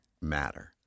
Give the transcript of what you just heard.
matter